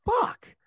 fuck